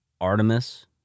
Artemis